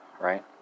right